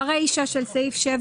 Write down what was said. זה לעומת גרמניה,